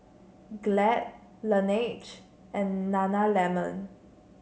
Glad Laneige and Nana lemon